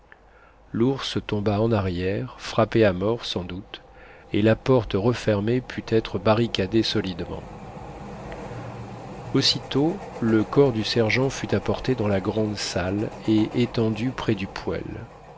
l'ours tomba en arrière frappé à mort sans doute et la porte refermée put être barricadée solidement aussitôt le corps du sergent fut apporté dans la grande salle et étendu près du poêle